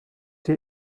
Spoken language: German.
die